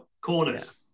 Corners